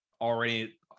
already